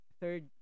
third